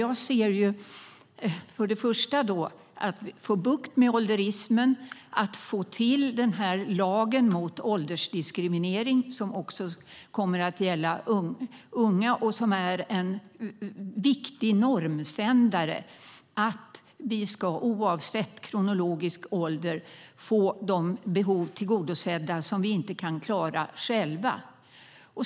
Jag ser först och främst att det gäller att få bukt med ålderismen, att få till lagen mot åldersdiskriminering, som kommer att gälla även unga och som är en viktig normsändare, att vi oavsett ålder ska få de behov tillgodosedda som vi inte kan klara själva.